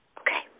Okay